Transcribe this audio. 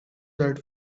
that